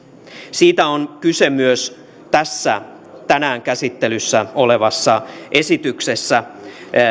siitä on kyse myös tässä tänään käsittelyssä olevassa esityksessä